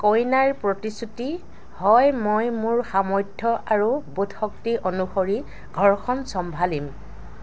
কইনাৰ প্ৰতিশ্ৰুতি হয় মই মোৰ সামৰ্থ্য আৰু বোধ শক্তি অনুসৰি ঘৰখন চম্ভালিম